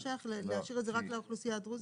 להשאיר את זה רק לאוכלוסייה הדרוזית?